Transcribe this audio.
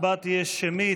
ההצבעה תהיה שמית.